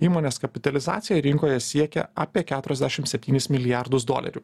įmonės kapitalizacija rinkoje siekia apie keturiasdešim septynis milijardus dolerių